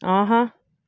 ஆஹா